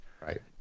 right